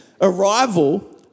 arrival